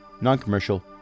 non-commercial